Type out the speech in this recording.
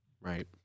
Right